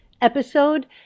episode